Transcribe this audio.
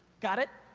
got it?